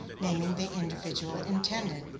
naming the individual intended.